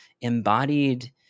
embodied